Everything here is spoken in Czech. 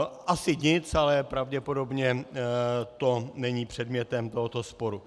Asi nic, ale pravděpodobně to není předmětem tohoto sporu.